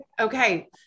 Okay